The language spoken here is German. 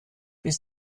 bis